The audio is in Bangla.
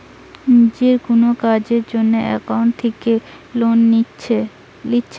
নিজের কুনো কাজের জন্যে ব্যাংক থিকে লোন লিচ্ছে